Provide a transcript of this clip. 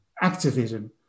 activism